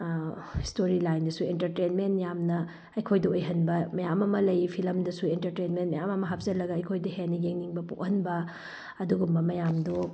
story ꯂꯥꯏꯟꯗꯁꯨ entertainment ꯌꯥꯝꯅ ꯑꯩꯈꯣꯏꯗ ꯑꯣꯏꯍꯟꯕ ꯃꯌꯥꯝ ꯑꯃ ꯂꯩ ꯐꯤꯂꯝꯗꯁꯨ ꯑꯦꯟꯇꯔꯇꯦꯟꯃꯦꯟ ꯃꯌꯥꯝ ꯑꯃ ꯍꯥꯞꯆꯤꯜꯂꯒ ꯑꯩꯈꯣꯏꯗ ꯍꯦꯟꯅ ꯌꯦꯡꯅꯤꯡꯕ ꯄꯣꯛꯍꯟꯕ ꯑꯗꯨꯒꯨꯝꯕ ꯃꯌꯥꯝꯗꯨ